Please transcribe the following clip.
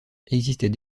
existait